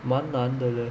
蛮难的 leh